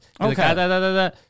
Okay